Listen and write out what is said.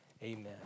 Amen